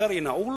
המאגר יהיה נעול